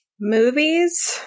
Movies